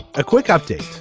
a quick update.